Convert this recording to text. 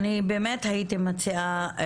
אני באמת הייתי מציעה ,